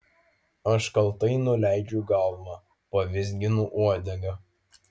aš kaltai nuleidžiu galvą pavizginu uodegą